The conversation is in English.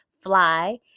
Fly